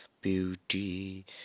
beauty